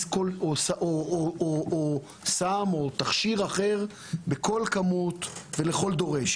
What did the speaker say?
או סם או תכשיר אחר בכל כמות ולכל דורש,